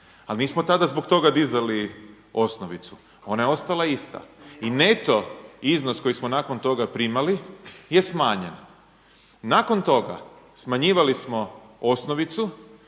ali nismo tada zbog toga dizali osnovicu, ona je ostala ista. I neto iznos koji smo nakon toga primali je smanjen. Nakon toga smanjivali smo osnovicu,